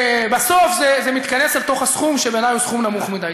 ובסוף זה מתכנס אל תוך הסכום של בן-אדם עם סכום נמוך מדי.